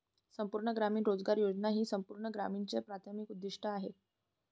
संपूर्ण ग्रामीण रोजगार योजना हे संपूर्ण ग्रामीणचे प्राथमिक उद्दीष्ट आहे